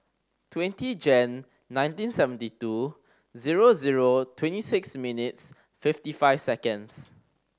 twenty Jan nineteen seventy two zero zero twenty six minutes fifty five seconds